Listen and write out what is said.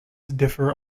differ